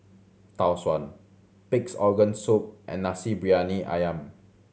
Tau Suan Pig's Organ Soup and Nasi Briyani Ayam